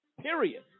period